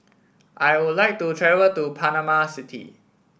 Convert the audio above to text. I would like to travel to Panama City